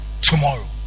tomorrow